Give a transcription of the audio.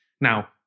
Now